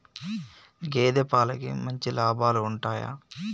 గేదే పాలకి మంచి లాభాలు ఉంటయా?